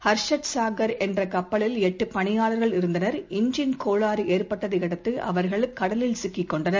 ஹர்ஷத் சாகர் என்றகப்பலில் எட்டுபணியாளர்கள் இருந்தனர் இன்ஜின் கோளாறுஏற்பட்டதையடுத்துஅவர்கள் கடலில் சிக்கிக் கொண்டனர்